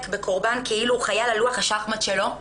בקורבן כאילו הוא חיה על לוח השחמט שלו.